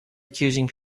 accusing